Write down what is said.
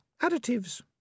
additives